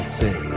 say